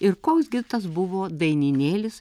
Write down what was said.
ir koks gi tas buvo dainynėlis